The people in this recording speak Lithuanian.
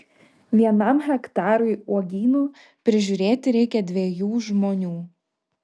vienam hektarui uogynų prižiūrėti reikia dviejų žmonių